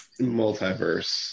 multiverse